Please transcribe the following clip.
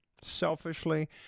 Selfishly